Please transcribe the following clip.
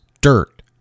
dirt